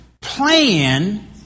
plan